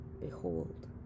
Behold